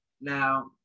Now